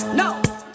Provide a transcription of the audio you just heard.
no